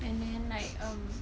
and then like um